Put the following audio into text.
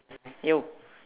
you